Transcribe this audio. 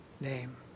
name